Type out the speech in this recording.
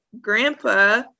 grandpa